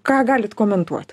ką galit komentuot